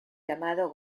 llamado